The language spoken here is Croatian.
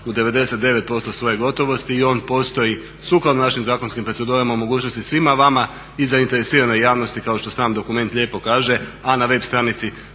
u 99% svoje gotovosti i on postoji sukladno našim zakonskim procedurama u mogućnosti svima vama i zainteresiranoj javnosti kao što sam dokument lijepo kaže, a na web stranici